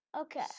Okay